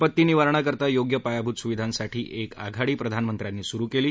आपत्ती निवारणाकरता योग्य पायाभूत सुविधांसाठी एक आघाडी प्रधानमंत्र्यांनी सुरु केली